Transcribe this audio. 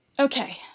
Okay